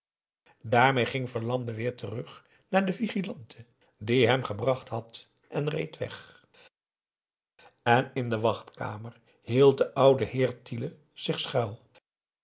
daarmee ging verlande weer terug naar de vigilante die hem gebracht had en reed weg en in de wachtkamer hield de oude heer tiele zich schuil